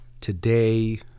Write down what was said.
today